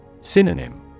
Synonym